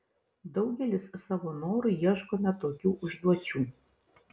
daugelis savo noru ieškome tokių užduočių